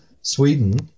Sweden